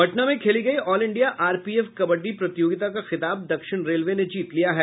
पटना में खेली गयी ऑल इंडिया आरपीएफ कबड्डी प्रतियोगिता का खिताब दक्षिण रेलवे ने जीत लिया है